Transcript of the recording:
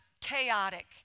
chaotic